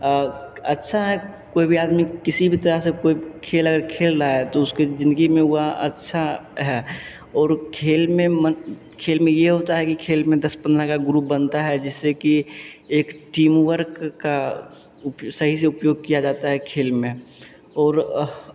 अच्छा है कोई भी आदमी किसी भी तरह से कोई खेल अगर खेल रहा है तो उसकी ज़िंदगी में हुआ अच्छा है और खेल में मन खेल में ये होता है कि खेल में दस पंद्रह का ग्रुप बनता है जिससे कि एक टीमवर्क का सही से उपयोग किया जाता है खेल में और